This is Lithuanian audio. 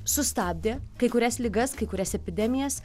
sustabdė kai kurias ligas kai kurias epidemijas